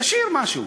תשאיר משהו.